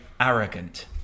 arrogant